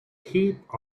heap